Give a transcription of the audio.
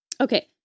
Okay